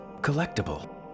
collectible